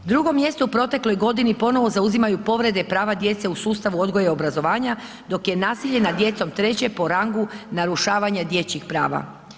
Drugo mjesto u protekloj godini ponovo zauzimaju povrede prava djece u sustavu odgoja i obrazovanja, dok je nasilje nad djecom treće po rangu narušavanja dječjih prava.